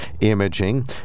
imaging